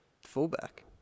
fullback